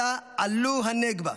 אלא "'עלו' הנגבה.